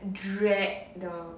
drag the